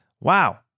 Wow